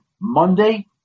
Monday